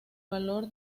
valor